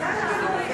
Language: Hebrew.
בסדר,